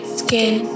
skin